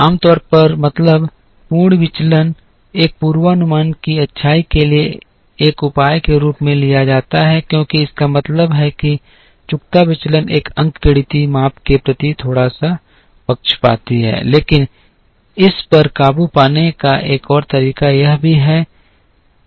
आम तौर पर मतलब पूर्ण विचलन एक पूर्वानुमान की अच्छाई के लिए एक उपाय के रूप में लिया जाता है क्योंकि इसका मतलब है कि चुकता विचलन एक अंकगणितीय माप के प्रति थोड़ा सा पक्षपाती है लेकिन इस पर काबू पाने का एक और तरीका यह भी है